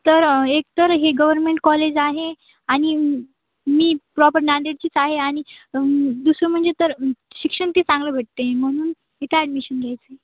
तर एक तर हे गव्हर्मेंट कॉलेज आहे आणि मी प्रॉपर नांदेडचीच आहे आणि दुसरं म्हणजे तर शिक्षण ते चांगलं भेटते म्हणून इथं ॲडमिशन घ्यायचं आहे